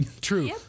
True